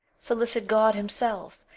solicit god himself,